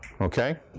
Okay